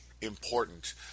important